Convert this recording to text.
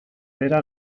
bera